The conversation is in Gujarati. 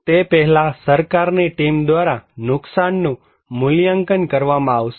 તે પહેલા સરકારની ટીમ દ્વારા નુકસાન નું મૂલ્યાંકન કરવામાં આવશે